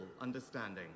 understanding